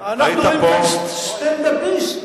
אנחנו רואים כאן סטנדאפיסט.